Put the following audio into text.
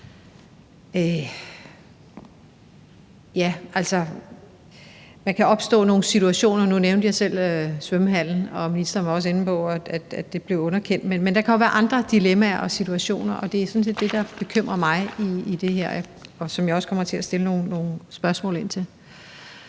der kan opstå nogle situationer. Nu nævnte jeg selv svømmehallen, og ministeren var også inde på, at det blev underkendt, men der kan jo være andre dilemmaer og situationer. Og det er sådan set det, der bekymrer mig i det her, og som jeg også kommer til at stille nogle spørgsmål til.